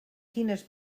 quines